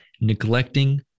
neglecting